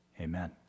Amen